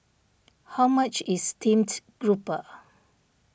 how much is Steamed Grouper